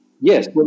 Yes